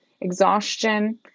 exhaustion